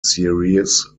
series